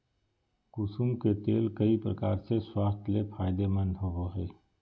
कुसुम के तेल कई प्रकार से स्वास्थ्य ले फायदेमंद होबो हइ